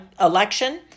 election